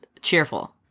cheerful